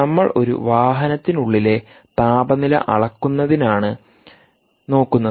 നമ്മൾ ഒരു വാഹനത്തിനുള്ളിലെ താപനില അളക്കുന്നതിനാണ് നോക്കുന്നത്